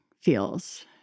feels